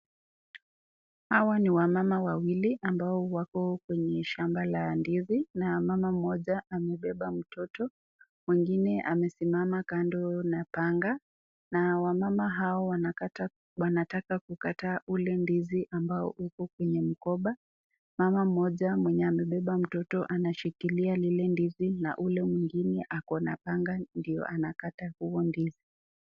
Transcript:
Hawa ni wamama wawili ambao wako kwenye shamba la ndizi na mama mmoja amebeba mtoto mwingine amesimama kando na panga na wamama hao wanakata wanataka kukata ule ndizi ambao uko kwenye mkoba . Mama mmoja mwenye amebeba mtoto anashikilia lile ndizi na ule mwingine ako na panga ndiye anakata huo ndizi .